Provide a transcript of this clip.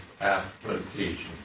application